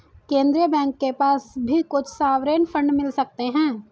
केन्द्रीय बैंक के पास भी कुछ सॉवरेन फंड मिल सकते हैं